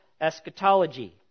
eschatology